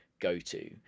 go-to